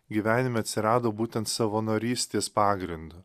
gyvenime atsirado būtent savanorystės pagrindu